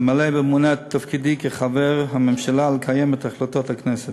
למלא באמונה את תפקידי כחבר הממשלה ולקיים את החלטות הכנסת.